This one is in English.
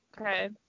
okay